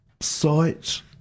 sight